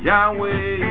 Yahweh